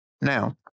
Now